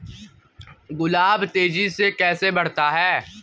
गुलाब तेजी से कैसे बढ़ता है?